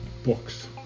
books